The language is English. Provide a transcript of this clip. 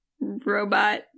robot